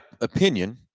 opinion